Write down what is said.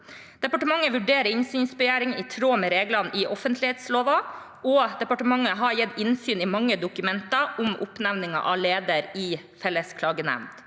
Departementet vurderer innsynsbegjæringer i tråd med reglene i offentlighetsloven, og departementet har gitt innsyn i mange dokumenter om oppnevningen av leder i Felles klagenemnd.